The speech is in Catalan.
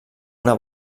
una